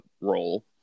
role